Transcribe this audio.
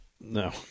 No